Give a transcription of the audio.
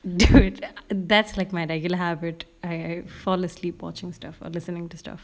dude that's like my regular habit I fall asleep watching stuff or listening to stuff